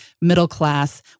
middle-class